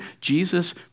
Jesus